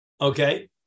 Okay